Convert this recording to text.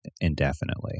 indefinitely